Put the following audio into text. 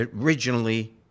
originally